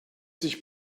sich